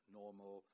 normal